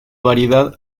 variedad